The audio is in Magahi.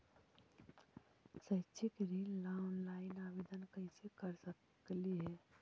शैक्षिक ऋण ला ऑनलाइन आवेदन कैसे कर सकली हे?